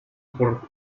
por